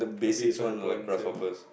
a bee is hundred points ya